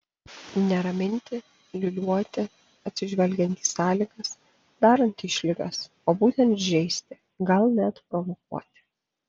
ne raminti liūliuoti atsižvelgiant į sąlygas darant išlygas o būtent žeisti gal net provokuoti